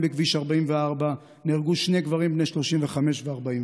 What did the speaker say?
בכביש 44 נהרגו שני גברים בני 35 ו-44,